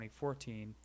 2014